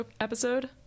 episode